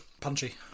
punchy